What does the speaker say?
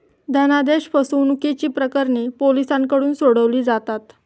धनादेश फसवणुकीची प्रकरणे पोलिसांकडून सोडवली जातात